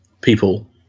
people